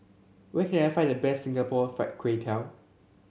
where can I find the best Singapore Fried Kway Tiao